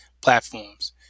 platforms